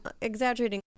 exaggerating